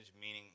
meaning